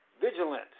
vigilant